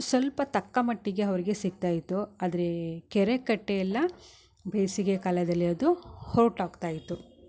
ಸ್ವಲ್ಪ ತಕ್ಕ ಮಟ್ಟಿಗೆ ಅವ್ರ್ಗೆ ಸಿಗ್ತಾ ಇತ್ತು ಆದರೆ ಕೆರೆ ಕಟ್ಟೆ ಎಲ್ಲ ಬೇಸಿಗೆ ಕಾಲದಲ್ಲಿ ಅದು ಹೊರ್ಟೋಗ್ತಾ ಇತ್ತು